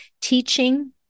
Teaching